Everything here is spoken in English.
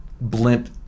blimp